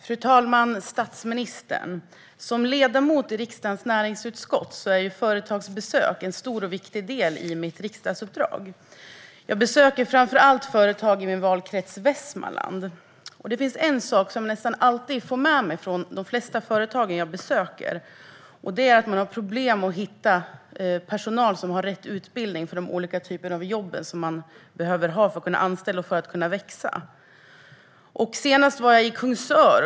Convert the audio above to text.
Fru talman och statsministern! När man är ledamot i riksdagens näringsutskott är företagsbesök en stor och viktig del i ens riksdagsuppdrag. Jag besöker framför allt företag i min valkrets Västmanland. Det finns en sak som jag nästan alltid får med mig från de företag jag besöker: Man har problem att hitta personal som har rätt utbildning för de olika typer av jobb som man behöver ha för att kunna anställa och för att kunna växa. Senast var jag i Kungsör.